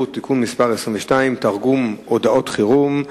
(תיקון מס' 22) (תרגום הודעות חירום),